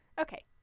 Okay